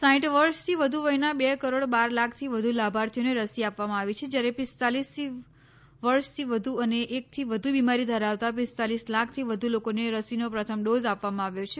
સાઇઠ વર્ષથી વધુ વયના બે કરોડ બાર લાખથી વધુ લાભાર્થીઓને રસી આપવામાં આવી છે જયારે પિસ્તાલીસ વર્ષથી વધુ અને એકથી વધુ બિમારી ધરાવતા પિસ્તાલીસ લાખથી વધુ લોકોને રસીનો પ્રથમ ડોઝ આપવામાં આવ્યો છે